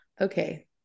Okay